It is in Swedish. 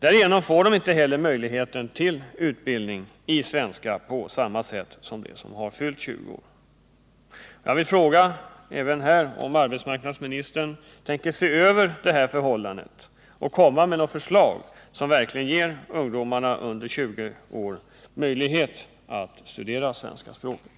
Därigenom får de inte heller möjlighet till utbildning i svenska på samma sätt som de som har fyllt 20 år. Jag vill fråga om arbetsmarknadsministern tänker se över detta förhållande och komma med förslag som verkligen ger invandrarungdomar under 20 år möjlighet att studera svenska språket.